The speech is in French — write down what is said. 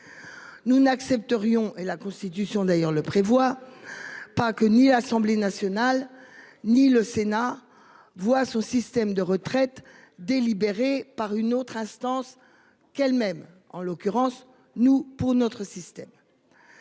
Nous n'accepterions et la constitution d'ailleurs le prévoit. Pas que ni l'Assemblée nationale, ni le Sénat voit au système de retraite. Délibérée par une autre instance qu'même en l'occurrence nous pour notre système.